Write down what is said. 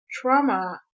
trauma